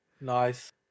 Nice